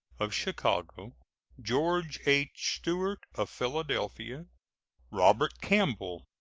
of chicago george h. stuart, of philadelphia robert campbell,